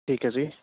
ਠੀਕ ਹੈ ਜੀ